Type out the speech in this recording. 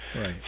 Right